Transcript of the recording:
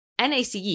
NACE